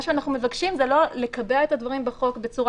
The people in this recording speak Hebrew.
מה שאנחנו מבקשים זה לא לקבע את הדברים בחוק בצורה